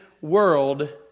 world